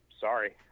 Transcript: sorry